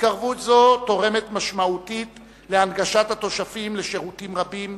התקרבות זו תורמת משמעותית לנגישות התושבים לשירותים רבים,